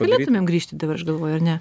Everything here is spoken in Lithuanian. galėtumėm grįžti dabar aš galvoju ar ne